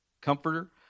Comforter